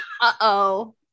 uh-oh